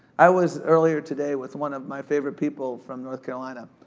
i was, earlier today, with one of my favorite people from north carolina,